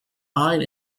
island